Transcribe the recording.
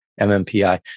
MMPI